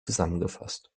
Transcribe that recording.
zusammengefasst